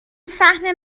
سهم